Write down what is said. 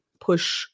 push